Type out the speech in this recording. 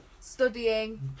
studying